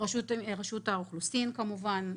רשות האוכלוסין כמובן.